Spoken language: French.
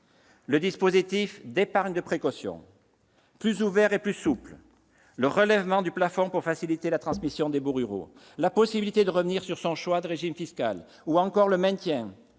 Le dispositif d'épargne de précaution plus ouvert et plus souple, le relèvement du plafond pour faciliter la transmission des baux ruraux, la possibilité de revenir sur son choix de régime fiscal ou encore le maintien